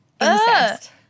incest